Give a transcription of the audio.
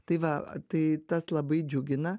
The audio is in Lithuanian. tai va tai tas labai džiugina